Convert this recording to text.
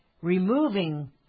removing